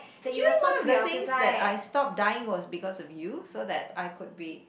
do you know one of the things that I stop dyeing was because of you so that I could be